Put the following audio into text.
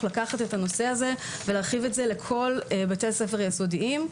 לקחת את הנושא הזה ולהרחיב את זה לכל בתי הספר היסודיים.